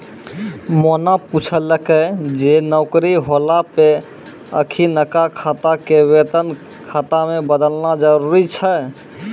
मोना पुछलकै जे नौकरी होला पे अखिनका खाता के वेतन खाता मे बदलना जरुरी छै?